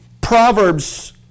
Proverbs